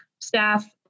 staff